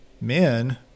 men